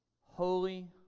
holy